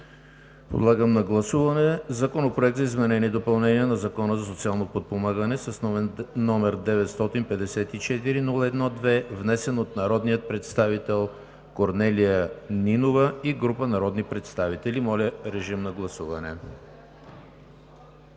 Подлагам на гласуване Законопроект за изменение и допълнение на Закона за социално подпомагане, № 954-01-2, внесен от народния представител Корнелия Нинова и група народни представители. Гласували